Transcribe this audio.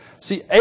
See